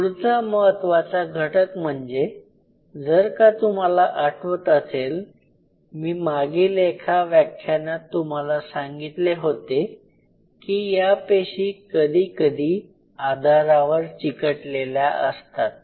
पुढचा महत्त्वाचा घटक म्हणजे जर का तुम्हाला आठवत असेल मी मागील एका व्याख्यानात तुम्हाला सांगितले होते की या पेशी कधी कधी आधारावर चिकटलेल्या असतात